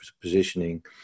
positioning